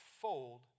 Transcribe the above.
fold